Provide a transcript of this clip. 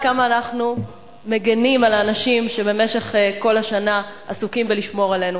עד כמה אנחנו מגינים על האנשים שבמשך כל השנה עסוקים בלשמור עלינו?